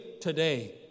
today